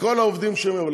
וכל העובדים יהיו.